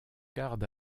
garde